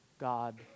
God